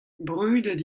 brudet